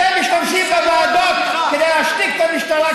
אתם משתמשים בוועדות כדי להשתיק את המשטרה,